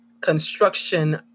construction